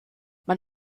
man